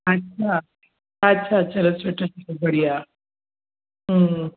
अच्छा अच्छा अच्छा सुठो बड़िया